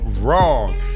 Wrong